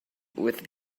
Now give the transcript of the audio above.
with